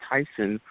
Tyson